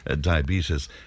Diabetes